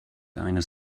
eines